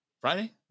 Friday